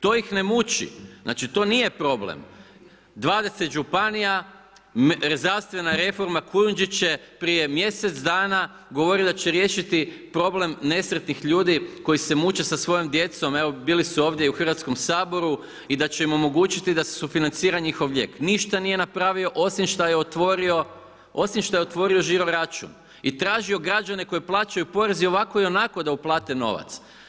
To ih ne muči, to nije problem, 20 županija, zdravstvena reforma, Kujundžić je prije mjesec dana govorio da će riješiti problem nesretnih ljudi koji se muče sa svojom djecom, evo bili su ovdje i u Hrvatskom saboru i da će im omogućiti da se sufinancira njihov lijek, ništa nije napravio osim što je otvorio žiro račun i tražio građane koji plaćaju porez i ovako i onako da uplate novac.